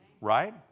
right